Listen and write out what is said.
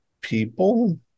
people